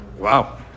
Wow